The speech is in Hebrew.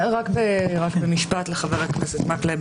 רק במשפט לחבר הכנסת מקלב.